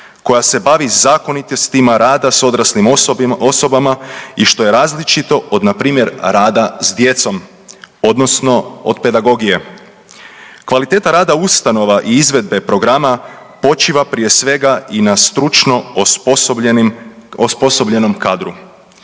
koja se bavi zakonitostima rada s odraslim osobama i što je različito od npr. rada s djecom odnosno od pedagogije. Kvaliteta rada ustanova i izvedbe programa počiva prije svega i na stručno osposobljenom kadru.